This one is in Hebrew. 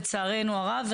לצערנו הרב,